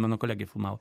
mano kolegė filmavo